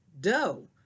dough